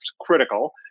critical